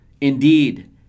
Indeed